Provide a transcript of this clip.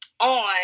on